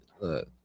look